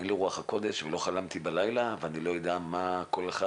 אין לי רוח הקודש ולא חלמתי בלילה ואני לא יודע מה כל אחד,